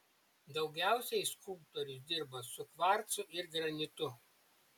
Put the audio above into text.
daugiausiai skulptorius dirba su kvarcu ir granitu